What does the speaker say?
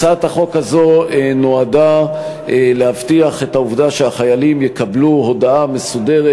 הצעת החוק הזאת נועדה להבטיח שהחיילים יקבלו הודעה מסודרת